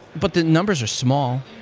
but the numbers are small.